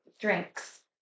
Drinks